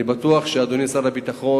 אני בטוח, אדוני שר הביטחון,